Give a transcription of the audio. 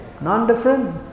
non-different